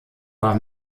war